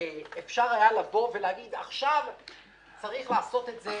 אפשר היה להגיד: עכשיו צריך לעשות את זה.